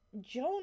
Joan